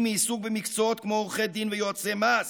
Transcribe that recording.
מעיסוק במקצועות כמו עורכי דין ויועצי מס,